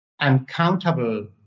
uncountable